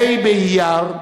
ה' באייר,